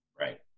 Right